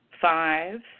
five